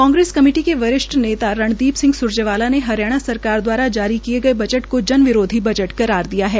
Congress committee के वरिष्ठ नेता रणदीप सिंह स्रजेवाला ने हरियाणा सरकार द्वारा जारी किए गए बजट को जन विरोधी बजट करार दिया है